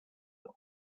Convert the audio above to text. you